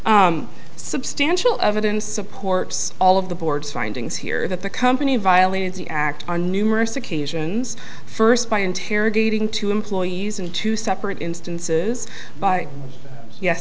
substantial evidence supports all of the board's findings here that the company violated the act on numerous occasions first by interrogating two employees in two separate instances by yes yeah